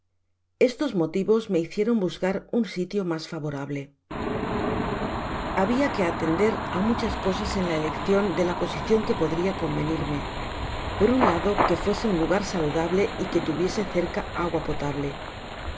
estos motivos me hieieron buscar un sitio mas favorable habia que atender á muchas cosas en la eleccion de la posicion que podria convenirme por un lado que fuese un lugar saludable y que tuviese cerca agua potable